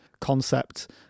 concept